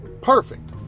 Perfect